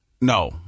No